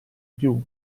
più